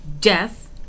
death